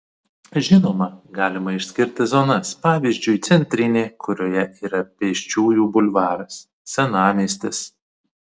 žinoma galima išskirti zonas pavyzdžiui centrinė kurioje yra pėsčiųjų bulvaras senamiestis